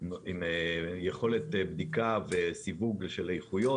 יכולת בדיקה וסיווג של איכויות.